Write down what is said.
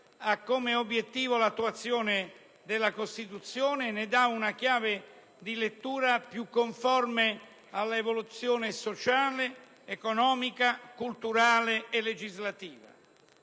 ha come obbiettivo l'attuazione della Costituzione e ne dà una chiave di lettura più conforme all'evoluzione sociale, economica, culturale e legislativa.